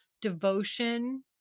devotion